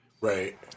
Right